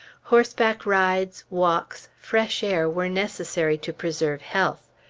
horseback rides, walks, fresh air were necessary to preserve health.